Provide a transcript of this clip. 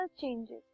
changes